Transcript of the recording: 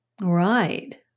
right